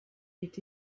est